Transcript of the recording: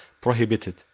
prohibited